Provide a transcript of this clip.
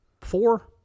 Four